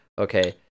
Okay